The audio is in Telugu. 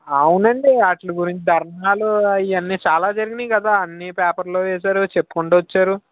అవునండి వాటి గురించి ధర్నాలు ఇవన్నీ చాలా జరిగాయి కదా అన్నీ పేపర్లో వేశారు చెప్పుకుంటు వచ్చారు